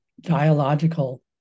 dialogical